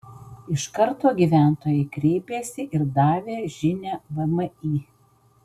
iš karto gyventojai kreipėsi ir davė žinią vmi